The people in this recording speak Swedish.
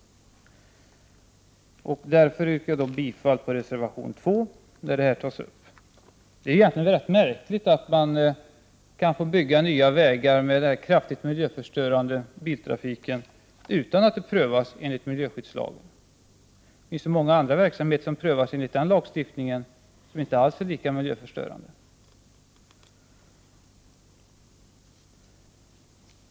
Därför yrkar jag bifall till reservation 2, där detta krav tas upp. Det är egentligen rätt märkligt att man kan få bygga nya vägar för den kraftigt miljöförstörande biltrafiken utan att det prövas enligt miljöskyddslagen. Det finns så många andra verksamheter som prövas enligt den lagstiftningen och som inte alls är lika miljöförstörande.